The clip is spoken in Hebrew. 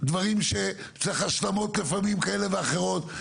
דברים שצריך השלמות לפעמים כאלה ואחרות,